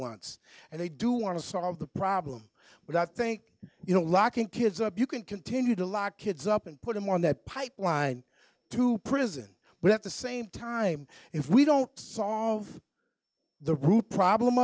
once and they do want to solve the problem but i think you know locking kids up you can continue to lock kids up and put them on that pipeline to prison but at the same time if we don't saw the root problem